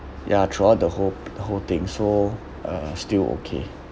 ya throughout the whole whole thing so uh still okay